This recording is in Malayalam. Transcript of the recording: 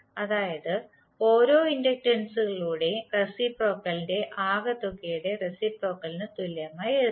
അതായത് ഓരോ ഇൻഡക്റ്റൻസുകളുടെ റെസിപ്രോക്കൽന്റെ ആകെത്തുകയുടെ റെസിപ്രോക്കലിന് തുല്യമായി എഴുതാം